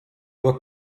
were